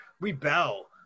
rebel